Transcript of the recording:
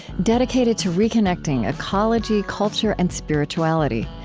dedicated to reconnecting ecology, culture, and spirituality.